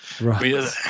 right